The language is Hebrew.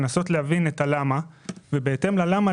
לנסות להבין את הסיבות למצב ובהתאם לזה לנסות